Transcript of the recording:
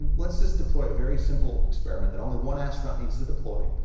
let's just deploy a very simple experiment that only one astronaut needs to deploy.